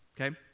okay